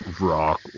rock